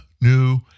new